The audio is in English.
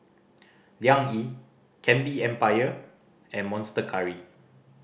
Liang Yi Candy Empire and Monster Curry